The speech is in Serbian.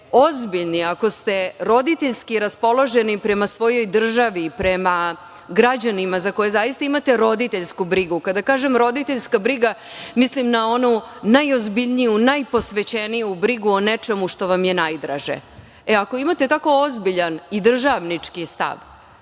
ozbiljni, ako ste roditeljski raspoloženi prema svojoj državi i prema građanima za koje zaista imate roditeljsku brigu, kada kažem roditeljska briga, mislim na onu najozbiljniju, najposvećeniju brigu o nečemu što vam je najdraže. E, ako imate tako ozbiljan državnički stav,